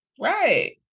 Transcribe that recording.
right